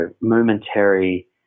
momentary